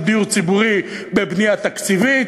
שהוא דיור ציבורי בבנייה תקציבית,